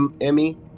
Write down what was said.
Emmy